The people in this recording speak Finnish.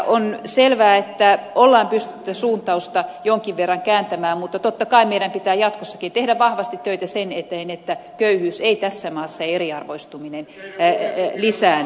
on selvää että on pystytty suuntausta jonkin verran kääntämään mutta totta kai meidän pitää jatkossakin tehdä vahvasti töitä sen eteen että köyhyys ja eriarvoistuminen eivät tässä maassa lisäänny